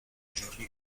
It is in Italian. giorni